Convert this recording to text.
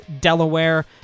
Delaware